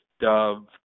Dove